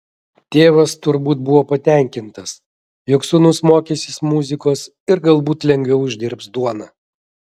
tėvas turbūt buvo patenkintas jog sūnus mokysis muzikos ir galbūt lengviau uždirbs duoną